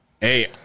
hey